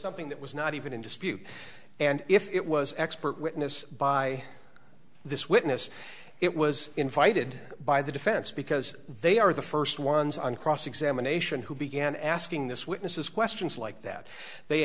something that was not even in dispute and if it was expert witness by this witness it was invited by the defense because they are the first ones on cross examination who began asking this witness is questions like that they